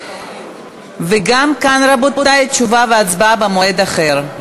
גם כאן, רבותי, תשובה והצבעה במועד אחר.